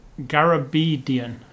Garabedian